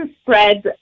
spread